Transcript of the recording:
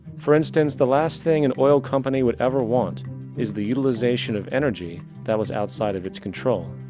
for instance, the last thing an oil company would ever want is the utilization of energy that was outside of it's control.